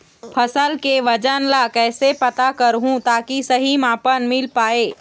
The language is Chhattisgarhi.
फसल के वजन ला कैसे पता करहूं ताकि सही मापन मील पाए?